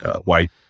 white